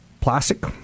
plastic